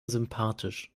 sympathisch